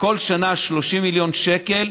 לכל שנה 30 מיליון שקל,